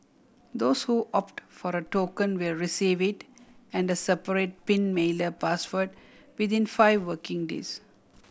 those who opt for a token will receive it and a separate pin mailer password within five working days